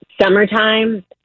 Summertime